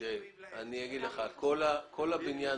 כל הבניין